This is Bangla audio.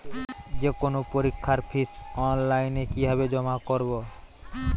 যে কোনো পরীক্ষার ফিস অনলাইনে কিভাবে জমা করব?